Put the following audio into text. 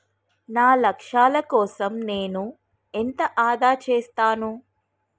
నా లక్ష్యాల కోసం నేను ఎంత ఆదా చేస్తాను?